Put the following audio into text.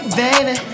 baby